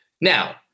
Now